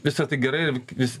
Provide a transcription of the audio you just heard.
visa tai gerai ir vis